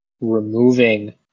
removing